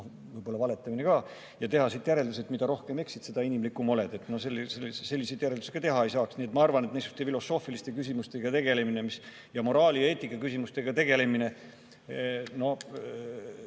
võib-olla valetamine ka, ja teha siit järelduse, et mida rohkem eksid, seda inimlikum oled. Selliseid järeldusi ka teha ei saaks. Nii et ma arvan, et niisuguste filosoofiliste küsimustega ning moraali- ja eetikaküsimustega tegelemine –